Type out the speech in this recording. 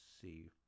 see